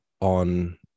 on